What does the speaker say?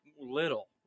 little